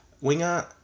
winger